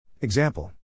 Example